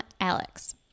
Alex